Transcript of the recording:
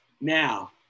Now